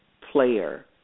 player